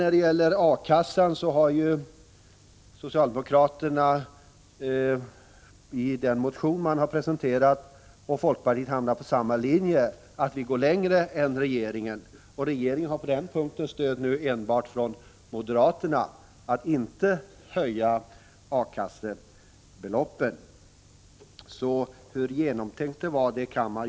När det gäller A-kassan har ju socialdemokraterna — det framgår av den motion som de har presenterat — och folkpartiet kommit att följa samma linje. De vill gå längre än regeringen. Regeringen har på den punkten enbart stöd från moderaterna. Hur genomtänkt politiken är kan man således sätta ett frågetecken för.